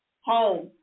home